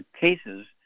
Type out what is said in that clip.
cases